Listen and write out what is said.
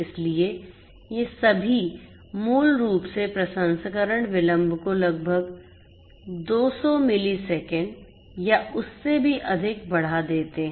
इसलिए ये सभी मूल रूप से प्रसंस्करण विलंब को लगभग 200 मिलीसेकंड या उससे भी अधिक बढ़ा देते हैं